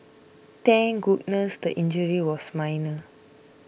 thank goodness the injury was minor